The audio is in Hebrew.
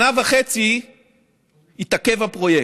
שנה וחצי התעכב הפרויקט.